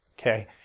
Okay